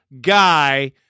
guy